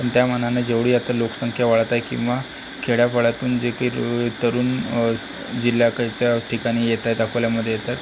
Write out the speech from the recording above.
त्यामानाने जेवढी आता लोकसंख्या वाढत आहे किंवा खेड्यापाड्यातून जे काही तरुण स जिल्ह्याच्या ठिकाणी येत आहेत अकोल्यामध्ये येत आहेत